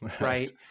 Right